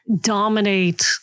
dominate